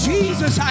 Jesus